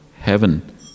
heaven